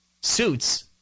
suits